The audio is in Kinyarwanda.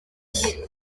nshya